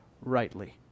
rightly